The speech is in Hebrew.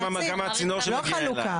גם הצינור שמגיע אליו.